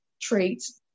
traits